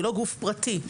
היא לא גוף פרטי.